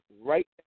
right